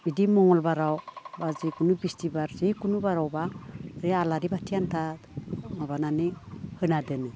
बिदि मंगलबाराव बा जिखुनु बिस्थिबार जिखुनु बारावबा बे आलारि बाथि आन्था माबानानै होना दोनो